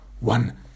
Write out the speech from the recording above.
one